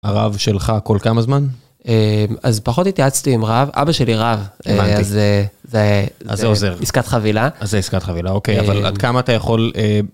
הרב שלך כל כמה זמן אז פחות התייעצתי עם רב אבא שלי רב אז זה עוזר עסקת חבילה עסקת חבילה אוקיי אבל עד כמה אתה יכול.